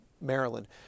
Maryland